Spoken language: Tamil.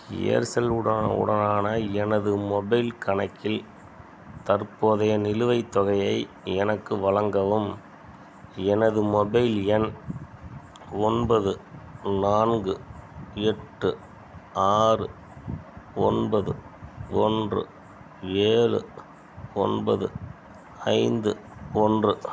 ஏர்செல் உடனா உடனான எனது மொபைல் கணக்கில் தற்போதைய நிலுவைத் தொகையை எனக்கு வழங்கவும் எனது மொபைல் எண் ஒன்பது நான்கு எட்டு ஆறு ஒன்பது ஒன்று ஏலு ஒன்பது ஐந்து ஒன்று